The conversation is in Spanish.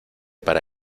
para